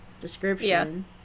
description